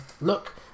look